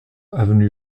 avenue